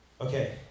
Okay